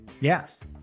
Yes